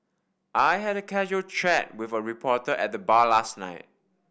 I had a casual chat with a reporter at the bar last night